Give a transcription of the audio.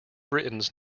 britain’s